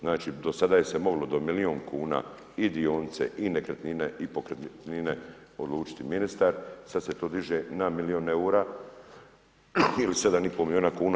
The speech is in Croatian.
Znači do sada se moglo do milijun kuna i dionice i nekretnine i pokretnine odlučiti ministar, sad se to diže na milion eura ili 7,5 miliona kuna.